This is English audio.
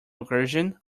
recursion